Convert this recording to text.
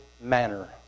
manner